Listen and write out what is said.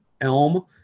elm